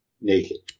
Naked